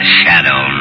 shadow